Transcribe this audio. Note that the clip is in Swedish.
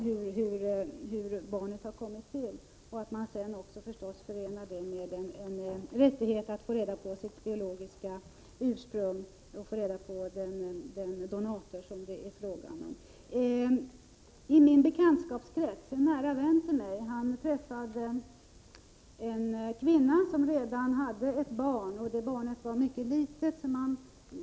Sedan måste man förstås också förena denna vetskap med en rättighet för barnet att få reda på sitt biologiska ursprung, dvs. donator det är fråga om. En nära vän till mig träffade en kvinna som redan hade ett barn, och det barnet var mycket litet.